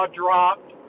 dropped